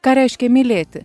ką reiškia mylėti